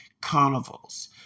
carnivals